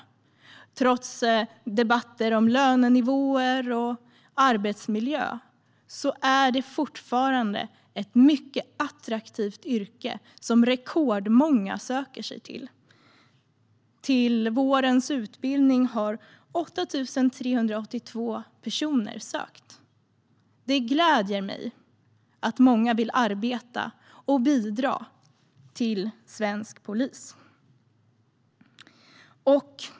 Och trots debatter om lönenivåer och arbetsmiljö är det fortfarande ett mycket attraktivt yrke som rekordmånga söker sig till. Till vårens utbildning har 8 382 personer sökt. Det gläder mig att många vill arbeta inom och bidra till svensk polis.